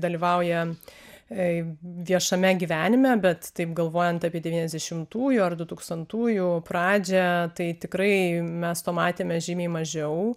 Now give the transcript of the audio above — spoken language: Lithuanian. dalyvauja ei viešame gyvenime bet taip galvojant apie devyniasdešimtųjų ar du tūkstantųjų pradžią tai tikrai mes to matėme žymiai mažiau